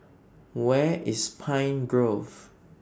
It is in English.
Where IS Pine Grove